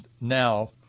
now